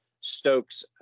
Stokes